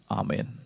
amen